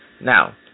Now